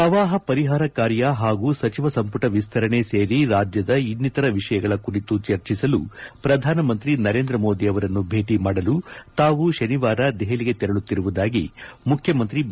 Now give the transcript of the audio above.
ಪ್ರವಾಹ ಪರಿಹಾರ ಕಾರ್ಯ ಹಾಗೂ ಸಚಿವ ಸಂಪುಟ ವಿಸ್ತರಣೆ ಸೇರಿ ರಾಜ್ಯದ ಇನ್ನಿತರ ವಿಷಯಗಳ ಕುರಿತು ಚರ್ಚಿಸಲು ಪ್ರಧಾನಮಂತ್ರಿ ನರೇಂದ್ರ ಮೋದಿ ಅವರನ್ನು ಭೇಟಿ ಮಾಡಲು ತಾವು ಶನಿವಾರ ದೆಹಲಿಗೆ ತೆರಳುತ್ತಿರುವುದಾಗಿ ಮುಖ್ಯಮಂತ್ರಿ ಬಿ